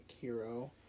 hero